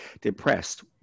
depressed